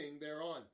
thereon